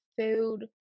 food